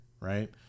right